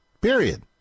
period